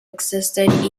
existed